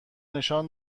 نشان